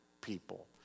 people